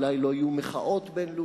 אולי לא יהיו מחאות בין-לאומיות.